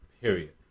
period